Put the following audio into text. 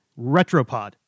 Retropod